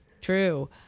True